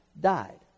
died